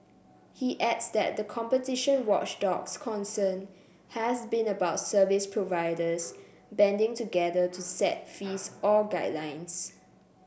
he adds that the competition watchdog's concern has been about service providers banding together to set fees or guidelines